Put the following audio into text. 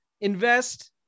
invest